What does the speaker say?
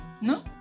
No